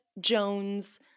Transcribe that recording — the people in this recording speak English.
Jones